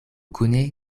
kune